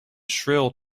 shrill